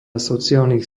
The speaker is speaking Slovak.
sociálnych